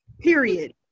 Period